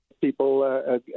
people